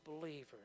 believers